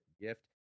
gift